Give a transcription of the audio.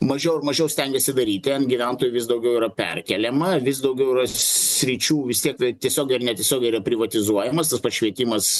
mažiau ir mažiau stengiasi daryti ant gyventojų vis daugiau yra perkeliama vis daugiau sričių vis tiek tiesiogiai ar netiesiogiai yra privatizuojamas švietimas